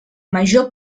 major